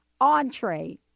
entree